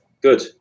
good